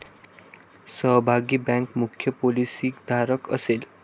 सहभागी बँक मुख्य पॉलिसीधारक असेल